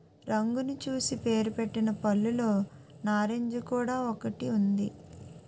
రంగును చూసి పేరుపెట్టిన పళ్ళులో నారింజ కూడా ఒకటి ఉంది